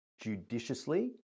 judiciously